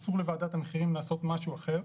אסור לוועדת המחירים לעשות משהו אחר,